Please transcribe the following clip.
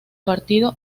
partido